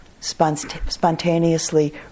spontaneously